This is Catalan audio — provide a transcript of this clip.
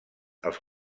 els